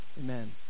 Amen